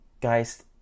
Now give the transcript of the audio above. Guys